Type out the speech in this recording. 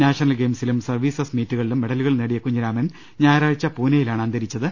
national ഗെയിം സിലും services മീറ്റുകളിലും മെഡലുകൾ നേടിയ കുഞ്ഞിരാമൻ ഞായ റാഴ്ച പൂനെയിലാണ് അന്തരിച്ചത്